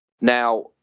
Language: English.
Now